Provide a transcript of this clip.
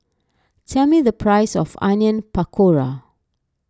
tell me the price of Onion Pakora